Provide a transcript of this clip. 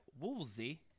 Woolsey